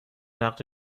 نقد